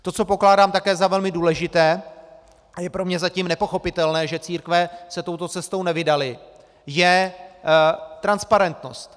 To, co pokládám také za velmi důležité a je pro mě zatím nepochopitelné, že církve se touto cestou nevydaly , je transparentnost.